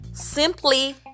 Simply